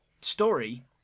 story